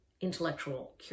Intellectual